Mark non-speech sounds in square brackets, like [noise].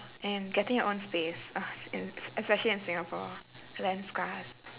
and getting your own space [noise] e~ especially in singapore land scarce